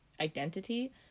identity